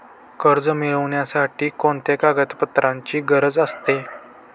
कर्ज मिळविण्यासाठी कोणत्या कागदपत्रांची गरज असते?